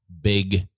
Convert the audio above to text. big